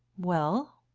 well?